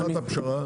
סיטונאיים.